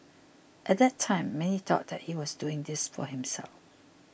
at that time many thought that he was doing this for himself